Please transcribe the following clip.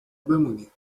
بمونی